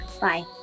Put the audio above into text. bye